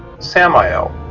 samael,